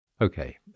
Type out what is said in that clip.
Okay